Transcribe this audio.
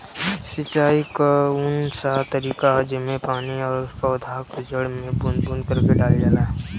सिंचाई क कउन सा तरीका ह जेम्मे पानी और पौधा क जड़ में बूंद बूंद करके डालल जाला?